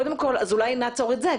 אז אולי קודם כל נעצור את זה.